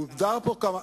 הוגדר פה כמה